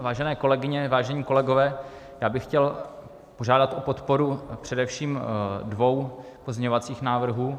Vážené kolegyně, vážení kolegové, já bych chtěl požádat o podporu především dvou pozměňovacích návrhů.